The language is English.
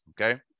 okay